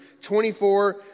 24